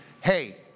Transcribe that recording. hey